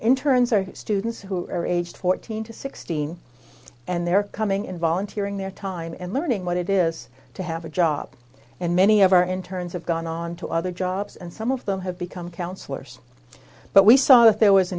interns or students who are aged fourteen to sixteen and they're coming in volunteer in their time and learning what it is to have a job and many of our interns have gone on to other jobs and some of them have become counselors but we saw that there was a